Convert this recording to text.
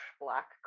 black